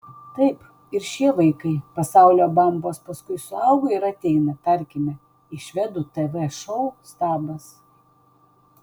taip ir šie vaikai pasaulio bambos paskui suauga ir ateina tarkime į švedų tv šou stabas